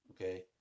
okay